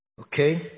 okay